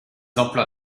emplois